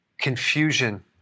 confusion